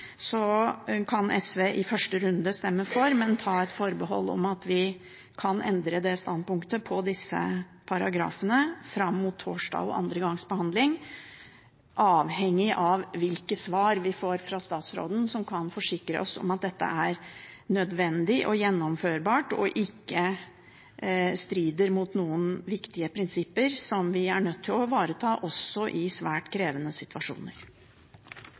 kan SV i første runde stemme for, men ta forbehold om at vi kan endre standpunkt når det gjelder disse paragrafene, fram mot andre gangs behandling på torsdag, avhengig av hvilke svar vi får fra statsråden som kan forsikre oss om at dette er nødvendig og gjennomførbart og ikke strider mot noen viktige prinsipper som vi er nødt til å ivareta også i svært krevende situasjoner.